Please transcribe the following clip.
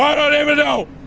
ah don't even know!